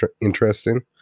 interesting